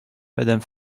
madame